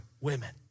women